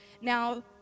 Now